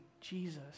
Jesus